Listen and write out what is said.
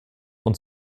und